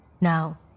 Now